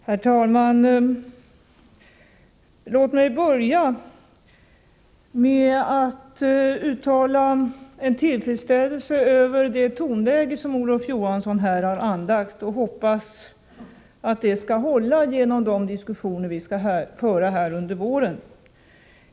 Herr talman! Låt mig börja med att uttala en tillfredsställelse över det tonläge som Olof Johansson här har anlagt. Jag hoppas att det kommer att hålla genom de diskussioner som vi skall föra här under våren.